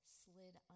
slid